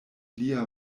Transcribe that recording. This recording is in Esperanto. lia